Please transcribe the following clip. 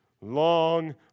Long